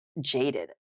jaded